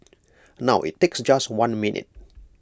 now IT takes just one minute